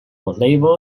label